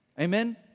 Amen